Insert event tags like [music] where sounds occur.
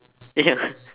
ya [laughs]